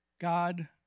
God